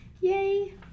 Yay